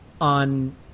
on